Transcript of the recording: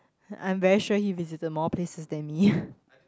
I'm very sure he visited more places than me